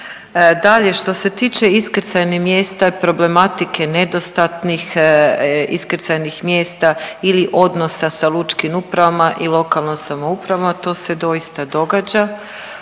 Dalje, što se tiče iskrcajnih mjesta i problematike nedostatnih iskrcajnih mjesta ili odnosa sa lučkim upravama i lokalnom samoupravom, a to se doista događa,